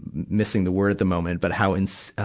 missing the word at the moment, but how in, ah,